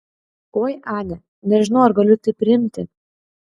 oi ane nežinau ar galiu tai priimti